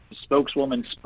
Spokeswoman